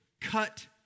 cut